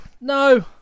No